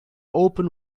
open